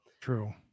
true